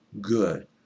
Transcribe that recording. good